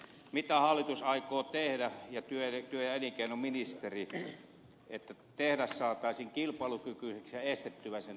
mitä hallitus ja työ ja elinkeinoministerit aikovat tehdä että tehdas saataisiin kilpailukykyiseksi ja estettyä sen lopettaminen